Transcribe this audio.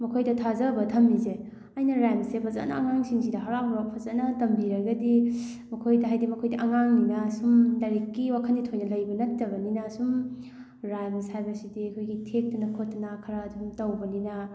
ꯃꯈꯣꯏꯗ ꯊꯥꯖꯕ ꯊꯝꯃꯤꯁꯦ ꯑꯩꯅ ꯔꯥꯏꯝꯁꯁꯦ ꯐꯖꯅ ꯑꯉꯥꯡꯁꯤꯡꯁꯤꯗ ꯍꯔꯥꯎ ꯍꯔꯥꯎ ꯐꯖꯅ ꯇꯝꯕꯤꯔꯒꯗꯤ ꯃꯈꯣꯏꯗ ꯍꯥꯏꯗꯤ ꯃꯈꯣꯏꯗꯤ ꯑꯉꯥꯡꯅꯤꯅ ꯁꯨꯝ ꯂꯥꯏꯔꯤꯛꯀꯤ ꯋꯥꯈꯜꯗꯤ ꯊꯣꯏꯅ ꯂꯩꯕ ꯅꯠꯇꯕꯅꯤꯅ ꯁꯨꯝ ꯔꯥꯏꯝꯁ ꯍꯥꯏꯕꯁꯤꯗꯤ ꯑꯩꯈꯣꯏꯒꯤ ꯊꯦꯛꯇꯅ ꯈꯣꯠꯇꯅ ꯈꯔ ꯑꯗꯨꯝ ꯇꯧꯕꯅꯤꯅ